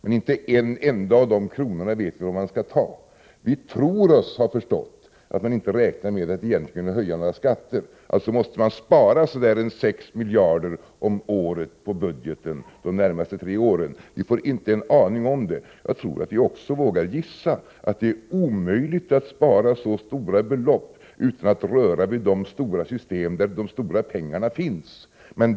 Men inte en enda av de kronorna vet vi var regeringen skall ta. Vi tror oss ha förstått att regeringen inte räknar med att höja några skatter, och då måste man alltså spara ca 6 miljarder om året på budgeten de närmaste tre åren — men det får vi inte veta någonting om. Jag tror att vi också vågar gissa att det är omöjligt att spara så avsevärda belopp utan att röra vid de system där de stora pengarna finns.